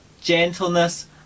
gentleness